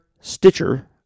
Stitcher